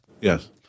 Yes